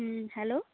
ᱦᱩᱸ ᱦᱮᱞᱳ